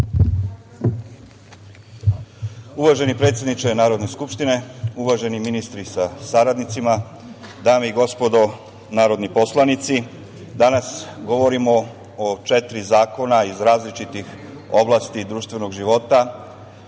Uvaženi predsedniče Narodne skupštine, uvaženi ministri sa saradnicima, dame i gospodo narodni poslanici, danas govorimo o četiri zakona iz različitih oblasti društvenog života,